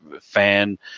fan